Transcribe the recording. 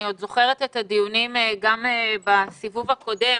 אני זוכרת את הדיונים בסיבוב הקודם